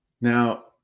Now